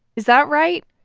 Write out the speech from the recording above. is that right?